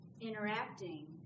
interacting